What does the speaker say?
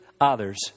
others